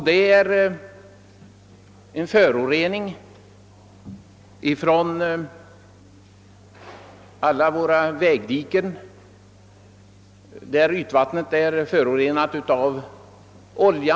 Våra vägdiken förorenar också, särskilt när ytvattnet förorenats av olja.